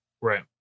right